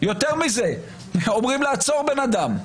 יותר מזה, אומרים לעצור אדם,